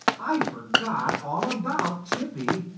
i forgot all about chippy,